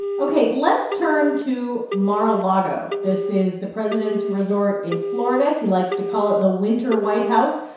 ok. let's turn to mar-a-lago. this is the president's resort in florida. he likes to call it the winter white house,